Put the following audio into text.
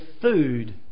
food